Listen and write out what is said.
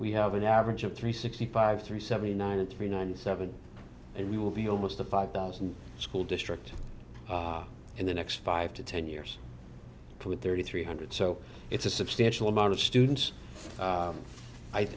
we have an average of three sixty five three seventy nine and three ninety seven and we will be almost to five thousand school districts in the next five to ten years with thirty three hundred so it's a substantial amount of students